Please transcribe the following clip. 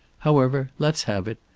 however, let's have it.